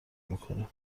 میکنیم